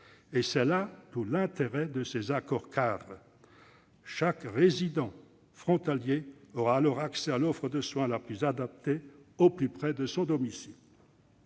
C'est là tout l'intérêt de ces accords-cadres ! Chaque résident frontalier aura alors accès à l'offre de soins la plus adaptée, au plus près de son domicile.